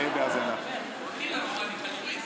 ממש פסטיבל.